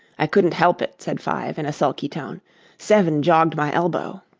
i couldn't help it said five, in a sulky tone seven jogged my elbow